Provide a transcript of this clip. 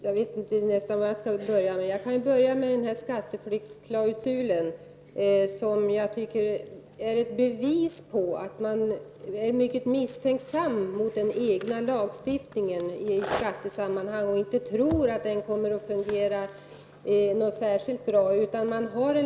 Herr talman! Skatteflyktsklausulen är ett bevis på att man är mycket misstänksam mot den egna lagstiftningen i skattesammanhang. Man tror inte att den kommer att kunna fungera särskilt bra.